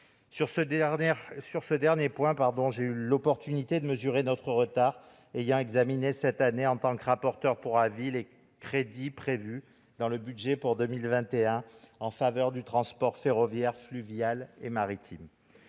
Sur ce dernier point, j'ai eu l'occasion de mesurer notre retard, ayant examiné cette année en tant que rapporteur pour avis les crédits prévus dans le budget pour 2021 en faveur du transport ferroviaire, fluvial et maritime.